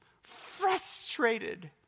frustrated